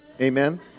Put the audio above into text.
amen